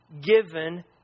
given